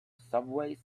subway